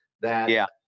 that-